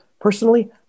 Personally